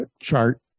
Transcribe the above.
chart